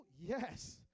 Yes